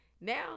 Now